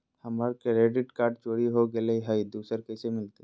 हमर credit card चोरी हो गेलय हई, दुसर कैसे मिलतई?